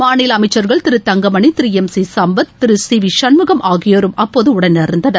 மாநில அமைச்சர்கள் திரு தங்கமணி திரு ளம் C Sampath Thiru C V Shanmugam ஆகியோரும் அப்போது உடனிருந்தனர்